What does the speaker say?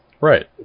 right